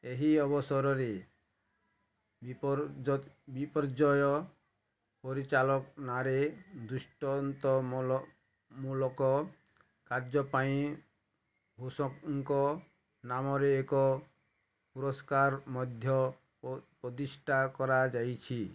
ଏହି ଅବସରରେ ବିପର୍ଯ୍ୟୟ ପରିଚାଳନାରେ ଦୃଷ୍ଟାନ୍ତମୂଳକ କାର୍ଯ୍ୟ ପାଇଁ ବୋଷଙ୍କ ନାମରେ ଏକ ପୁରସ୍କାର ମଧ୍ୟ ପ୍ରତିଷ୍ଠା କରାଯାଇଛି